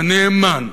הנאמן,